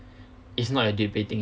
it's not your debating